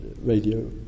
radio